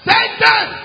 Satan